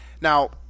Now